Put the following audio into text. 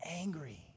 angry